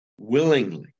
willingly